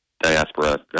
diaspora